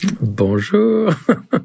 Bonjour